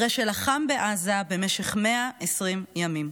אחרי שלחם בעזה במשך 120 ימים.